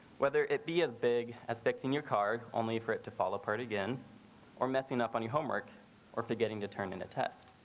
whether it be as big as fixing your car only for it to fall apart again or messing up on your homework or forgetting to turn in a test.